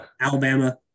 Alabama